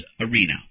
arena